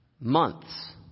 months